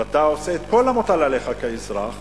ואתה עושה כל המוטל עליך כאזרח,